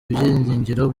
ibyiringiro